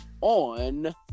on